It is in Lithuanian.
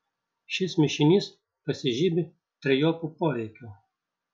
šis mišinys pasižymi trejopu poveikiu